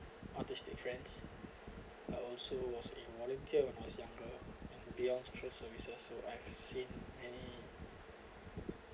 autistic friends are also also a volunteer when I was younger and beyond social services so I have seen any